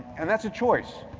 and that's a choice.